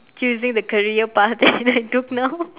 choosing the career path that I do now